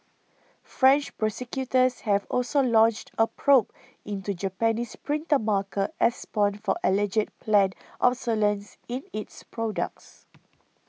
French prosecutors have also launched a probe into Japanese printer maker Epson for alleged planned obsolescence in its products